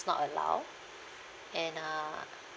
not allowed and uh